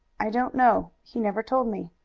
i don't know. he never told me.